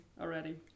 already